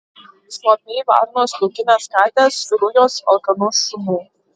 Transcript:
suopiai varnos laukinės katės rujos alkanų šunų